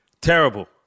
terrible